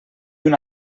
una